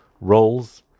roles